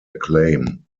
acclaim